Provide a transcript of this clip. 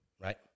Right